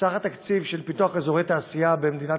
סך התקציב של פיתוח אזורי תעשייה במדינת